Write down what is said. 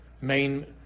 main